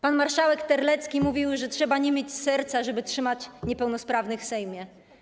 Pan marszałek Terlecki mówił, że trzeba nie mieć serca, żeby trzymać niepełnosprawnych w Sejmie.